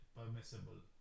permissible